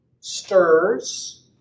stirs